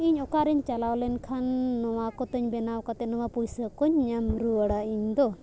ᱤᱧ ᱚᱠᱟᱨᱮᱧ ᱪᱟᱞᱟᱣ ᱞᱮᱱ ᱠᱷᱟᱱ ᱱᱚᱣᱟ ᱠᱚᱛᱮᱧ ᱵᱮᱱᱟᱣ ᱠᱟᱛᱮ ᱱᱚᱣᱟ ᱯᱚᱭᱥᱟ ᱠᱚᱧ ᱧᱟᱢ ᱨᱩᱣᱟᱹᱲᱟ ᱤᱧ ᱫᱚ